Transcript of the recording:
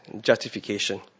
justification